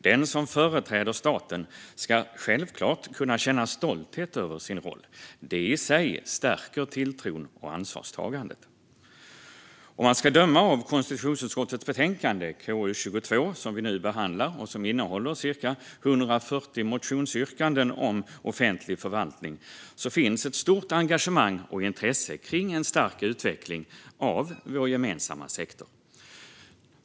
Den som företräder staten ska självklart kunna känna stolthet över sin roll. Detta i sig stärker tilltron och ansvarstagandet. Att döma av konstitutionsutskottets betänkande KU22, som vi nu behandlar och som innehåller cirka 140 motionsyrkanden om offentlig förvaltning, finns ett stort engagemang och intresse när det gäller en stark utveckling av vår gemensamma sektor.